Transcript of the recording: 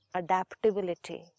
adaptability